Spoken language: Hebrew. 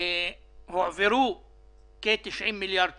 הועברו כ-90 מיליארד שקל.